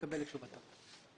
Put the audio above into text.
אותה.